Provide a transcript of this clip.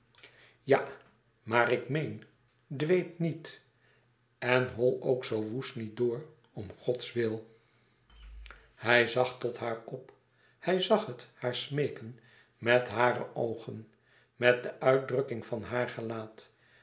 ja maar ik meen dwéep niet en en hol ook zoo woest niet door om godswil hij zag tot haar op hij zag het haar smeeken met hare oogen met de uitdrukking van haar gelaat